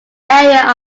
area